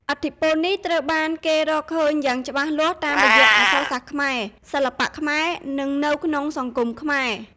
ឥទ្ធិពលនេះត្រូវបានគេរកឃើញយ៉ាងច្បាស់លាស់តាមរយៈអក្សរសាស្ត្រខ្មែរ សិល្បៈខ្មែរ និងនៅក្នុងសង្គមខ្មែរ។